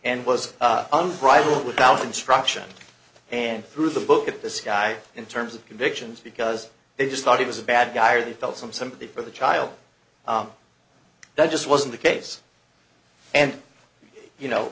and was unbridled without instruction and threw the book at this guy in terms of convictions because they just thought he was a bad guy or they felt some sympathy for the child that just wasn't the case and you know